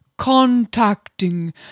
contacting